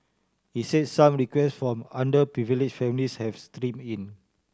he say some requests from underprivilege families have stream in